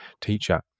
teacher